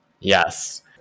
Yes